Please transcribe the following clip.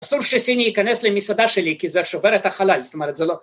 ‫אסור שסיני ייכנס למסעדה שלי ‫כי זה שובר את החלל, זאת אומרת, זה לא...